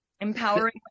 empowering